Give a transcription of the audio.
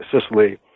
Sicily